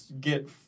get